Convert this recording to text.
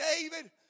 David